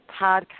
podcast